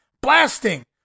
blasting